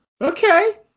okay